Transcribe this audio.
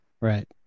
Right